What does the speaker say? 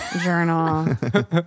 journal